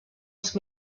els